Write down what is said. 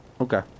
Okay